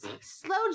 Slow